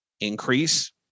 increase